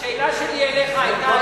השאלה שלי אליך היתה,